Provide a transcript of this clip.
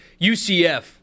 UCF